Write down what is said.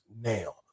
now